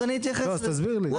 אז תסביר לי.